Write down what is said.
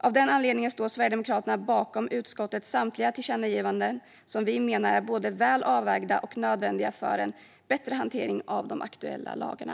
Av den anledningen står Sverigedemokraterna bakom utskottets samtliga förslag till tillkännagivanden, som vi menar är både väl avvägda och nödvändiga för en bättre hantering av de aktuella lagarna.